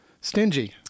stingy